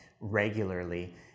regularly